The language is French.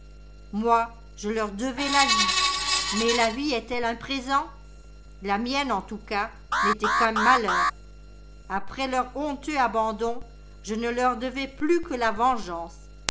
moi je leur devais la vie mais la vie est-elle un présent la mienne en tout cas n'était qu'un malheur après leur honteux abandon je ne leur devais plus que la vengeance